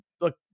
Look